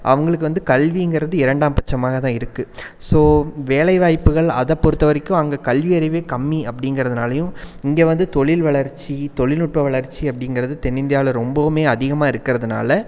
அவங்களுக்கு வந்து கல்விங்கிறது இரண்டாம் பட்சமாகதான் இருக்குது ஸோ வேலை வாய்ப்புகள் அதை பொறுத்த வரைக்கும் அங்கே கல்வி அறிவே கம்மி அப்படிங்கிறதுனாலையும் இங்கே வந்து தொழில் வளர்ச்சி தொழில் நுட்ப வளர்ச்சி அப்படிங்கிறது தென்னிந்தியாவில் ரொம்பவும் அதிகமாக இருக்கிறதுனால